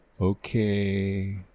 okay